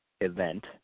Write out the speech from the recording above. event